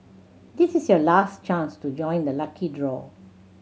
this is your last chance to join the lucky draw